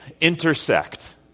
intersect